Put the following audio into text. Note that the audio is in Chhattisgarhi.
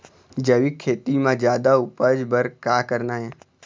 जैविक खेती म जादा उपज बर का करना ये?